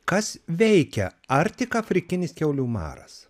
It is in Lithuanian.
kas veikia ar tik afrikinis kiaulių maras